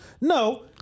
No